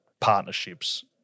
partnerships